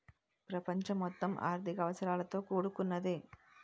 ప్రపంచం మొత్తం ఆర్థిక అవసరాలతో కూడుకున్నదే